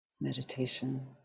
meditation